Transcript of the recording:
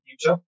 future